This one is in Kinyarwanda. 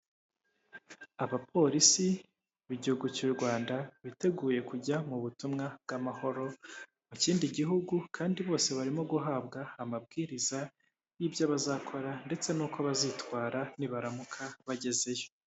Abapolisi b'igihugu cy'u Rwanda biteguye kujya mu butumwa bw'amahoro mu kindi gihugu, kandi bose barimo guhabwa amabwiriza y'ibyo bazakora ndetse n'uko bazitwara nibaramuka bagezeyo.